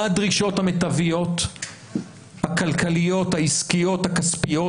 הדרישות המיטביות הכלכליות העסקיות והכספיות,